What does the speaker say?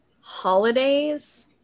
Holidays